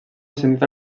ascendit